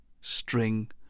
string